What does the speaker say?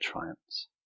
triumphs